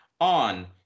on